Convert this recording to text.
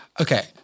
Okay